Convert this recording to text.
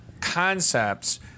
concepts